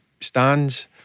stands